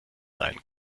sein